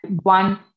One